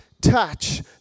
touch